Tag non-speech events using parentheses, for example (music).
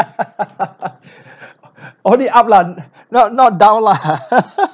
(laughs) all the up lah not not down lah (laughs)